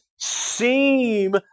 seem